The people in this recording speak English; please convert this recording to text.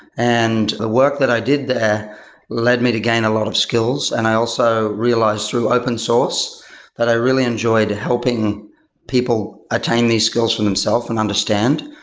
and the work that i did there led me to gain a lot of skills, and i also realized through open source that i really enjoyed helping people attain these skills for themselves and understand.